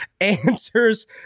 Answers